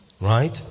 right